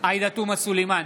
עאידה תומא סלימאן,